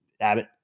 Abbott